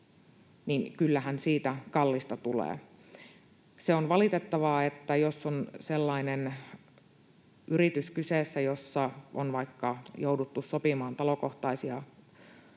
niin kyllähän siitä kallista tulee. Se on valitettavaa, että jos on kyseessä sellainen yritys, jossa on vaikka jouduttu sopimaan talokohtaisia TESejä,